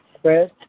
Chris